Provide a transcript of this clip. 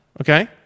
okay